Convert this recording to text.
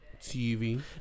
TV